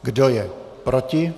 Kdo je proti?